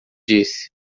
disse